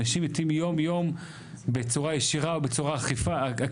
אנשים מתים יום יום בצורה ישירה או בצורה עקיפה.